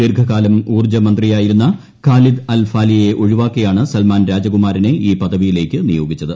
ദീർഘകാലം ഊർജ്ജമന്ത്രിയായിരുന്ന Khalid al ഫാലിയെ ഒഴിവാക്കിയാണ് സൽമാൻ രാജകുമാരനെ ഈ പദവിയിലേക്ക് നിയോഗിച്ചത്